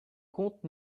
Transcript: comptes